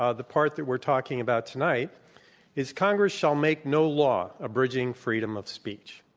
ah the part that we're talking about tonight is congress shall make no law abridging freedom of speech.